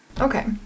Okay